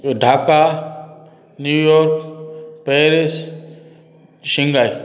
Dhaka New York Paris Shanghai